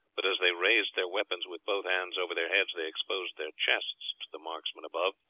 but as they raised their weapons with both hands over their heads they exposed their chests to the marksman above,